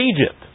Egypt